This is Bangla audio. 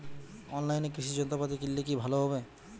অনলাইনে কৃষি যন্ত্রপাতি কিনলে কি ভালো হবে?